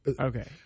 Okay